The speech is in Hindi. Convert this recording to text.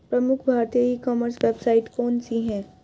प्रमुख भारतीय ई कॉमर्स वेबसाइट कौन कौन सी हैं?